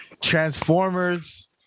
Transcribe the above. Transformers